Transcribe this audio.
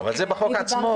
אבל זה בחוק עצמו.